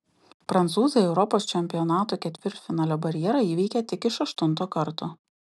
prancūzai europos čempionatų ketvirtfinalio barjerą įveikė tik iš aštunto karto